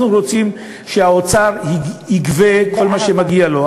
אנחנו רוצים שהאוצר יגבה כל מה שמגיע לו,